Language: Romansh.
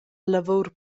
lavur